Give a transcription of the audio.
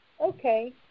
Okay